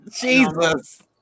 Jesus